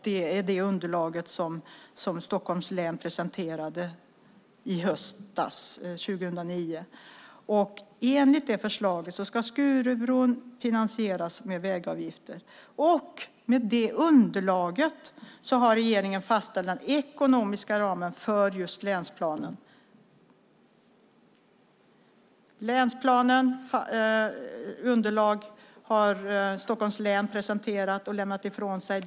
Det är det underlaget som Stockholms län presenterade i höstas, 2009. Enligt det förslaget ska Skurubron finansieras med vägavgifter. Med det underlaget har regeringen fastställt den ekonomiska ramen för länsplanen. Underlag för länsplan har alltså Stockholms län presenterat och lämnat ifrån sig.